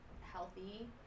healthy